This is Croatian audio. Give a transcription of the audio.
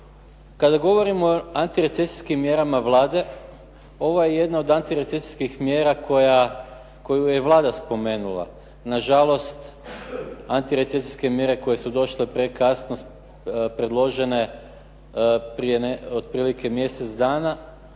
Kada govorimo o antirecesijskim mjerama Vlade ovo je jedna od antirecesijskih mjera koju je Vlada spomenula. Nažalost, antirecesijske mjere koje su došle prekasno predložene prije otprilike mjesec dana